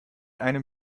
einem